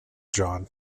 john